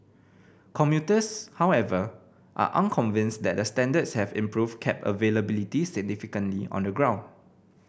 commuters however are unconvinced that the standards have improved cab availability significantly on the ground